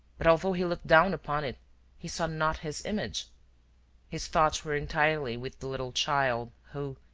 but although he looked down upon it he saw not his image his thoughts were entirely with the little child who,